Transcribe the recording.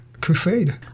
crusade